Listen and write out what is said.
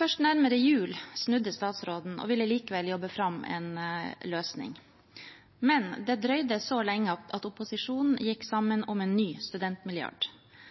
Først nærmere jul snudde statsråden og ville likevel jobbe fram en løsning, men det drøyde så lenge at opposisjonen gikk